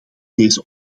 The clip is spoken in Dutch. deze